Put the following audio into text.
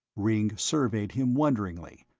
ringg surveyed him wonderingly,